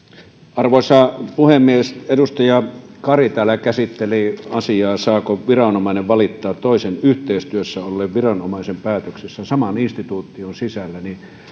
arvoisa puhemies edustaja kari täällä käsitteli asiaa saako viranomainen valittaa toisen yhteistyössä olleen viranomaisen päätöksestä saman instituution sisällä